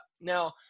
Now